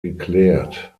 geklärt